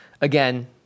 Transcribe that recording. again